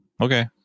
Okay